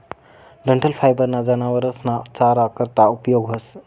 डंठल फायबर ना जनावरस ना चारा करता उपयोग व्हस